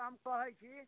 तऽ हम कहैत छी